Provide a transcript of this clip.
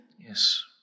Yes